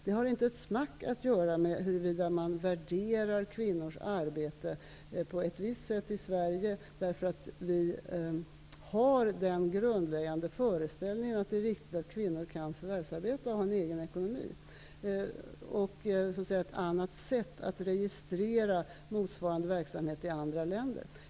Det har inte ett smack att göra med huruvida man värderar kvinnors arbete på ett visst sätt i Sverige, därför att vi har den grundläggande föreställningen att det är viktigt att kvinnor kan förvärvsarbeta och ha en egen ekonomi, eller med sättet att registrera motsvarande verksamheter i andra länder.